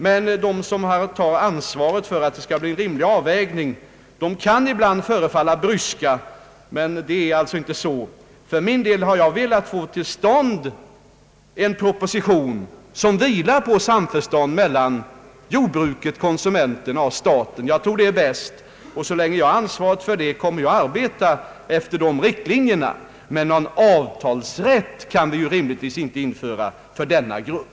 De som har att ta ansvaret för att det skall bli en rimlig avvägning kan kanske ibland förefalla bryska, men de är det inte. För min del har jag velat få till stånd en proposition som vilar på samförstånd mellan jordbrukarna, konsumenterna och staten. Jag tror att det är bäst, och så länge jag har ansvaret kommer jag att arbeta efter de riktlinjerna. Men någon avtalsrätt kan vi rimligtvis inte införa för denna grupp.